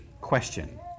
question